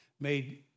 made